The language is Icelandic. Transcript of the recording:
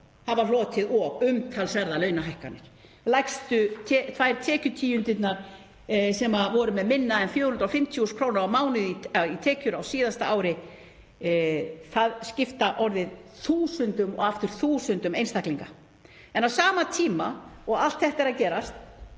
hafa hlotið umtalsverðar launahækkanir. Lægstu tvær tekjutíundirnar, sem voru með minna en 450.000 kr. á mánuði í tekjur á síðasta ári, skipta orðið þúsundum og aftur þúsundum einstaklinga. En á sama tíma og allt þetta er að gerast